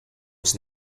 was